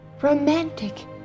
Romantic